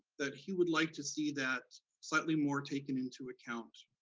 that he would like to see that slightly more taken into account,